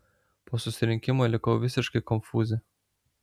po susirinkimo likau visiškai konfūze